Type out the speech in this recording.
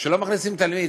שלא מכניסים תלמיד,